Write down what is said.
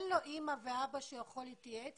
אין לו אימא ואבא שהוא יכול להתייעץ